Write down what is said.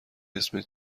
اسمت